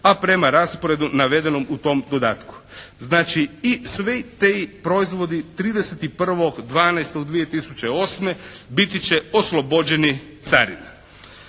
a prema rasporedu navedenom u tom dodatku. Znači i svi ti proizvodi 31.12.2008. biti će oslobođeni carina,